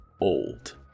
old